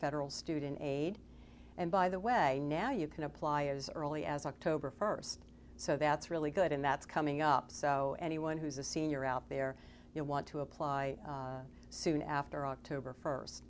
federal student aid and by the way now you can apply as early as october first so that's really good and that's coming up so anyone who's a senior out there you want to apply soon after october first